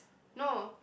no